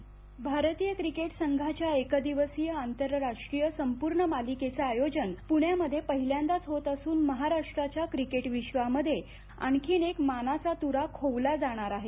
script भारतीय cricket संघाच्या एकदिवसीय आंतरराष्ट्रीय संपूर्ण मालिकेये आय्योजन पूण्यामध्ये पहिल्यांदाच होत असून महाराष्ट्राच्या क्रिकेट विबाा ामध्ये आणखी एक मानाचा तुरा खोवला जाजा आहे